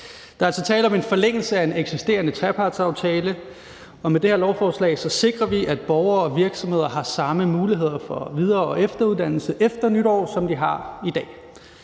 Der er altså tale om en forlængelse af en eksisterende trepartsaftale, og med det her lovforslag sikrer vi, at borgere og virksomheder har samme muligheder for videre- og efteruddannelse efter nytår, som de har i dag.